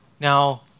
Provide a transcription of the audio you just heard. Now